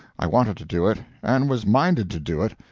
i wanted to do it, and was minded to do it,